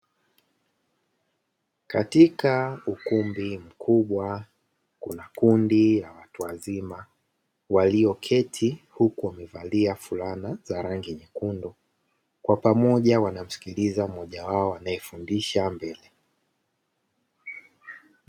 Katika ukumbi mkubwa, kuna kundi la watu wazima walioketi huku wamevalia fulana za rangi nyekundu, kwa pamoja wanamsikiliza mmoja wao anayefundisha mbele.